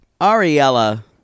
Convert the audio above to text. Ariella